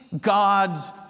God's